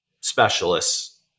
specialists